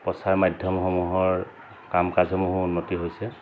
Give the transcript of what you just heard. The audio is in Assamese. প্ৰচাৰ মাধ্যমসমূহৰ কাম কাজসমূহো উন্নতি হৈছে